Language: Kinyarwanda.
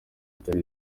atari